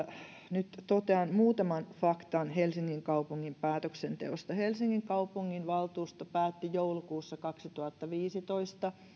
nyt totean muutaman faktan helsingin kaupungin päätöksenteosta helsingin kaupunginvaltuusto päätti joulukuussa kaksituhattaviisitoista